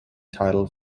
title